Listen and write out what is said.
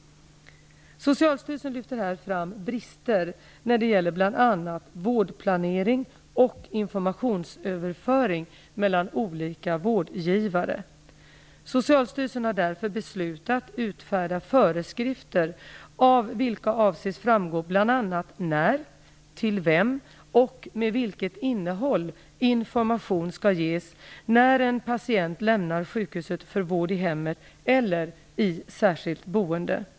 Socialstyrelsen lyfter här fram brister när det gäller bl.a. vårdplanering och informationsöverföring mellan olika vårdgivare. Socialstyrelsen har därför beslutat utfärda föreskrifter av vilka avses framgå bl.a. när, till vem och med vilket innehåll information skall ges när en patient lämnar sjukhuset för vård i hemmet eller i särskilt boende.